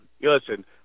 Listen